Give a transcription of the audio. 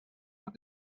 not